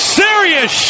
serious